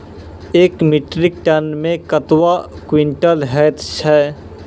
एक metric ton मे कतवा क्वींटल हैत छै?